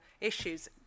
issues